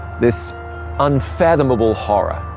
this unfathomable horror.